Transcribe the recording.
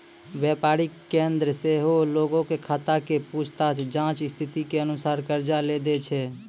व्यापारिक केन्द्र सेहो लोगो के खाता के पूछताछ जांच स्थिति के अनुसार कर्जा लै दै छै